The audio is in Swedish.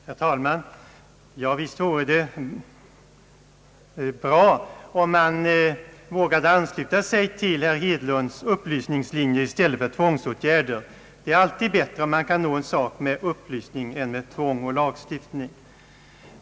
Herr talman! Visst vore det bra om man kunde våga ansluta sig till herr Hedlunds upplysningslinje i stället för till tanken att införa tvångsåtgärder. Det är alltid bättre om ett mål kan uppnås genom upplysning än genom tvång och lagstiftning.